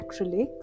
acrylics